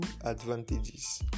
advantages